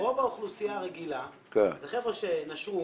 רוב האוכלוסייה הרגילה זה חבר'ה שנשרו